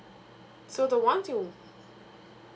so the one to